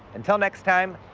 until next time,